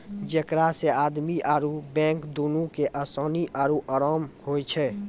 जेकरा से आदमी आरु बैंक दुनू के असानी आरु अराम होय छै